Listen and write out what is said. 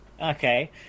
Okay